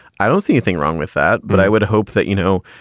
i don't see anything wrong with that. but i would hope that, you know,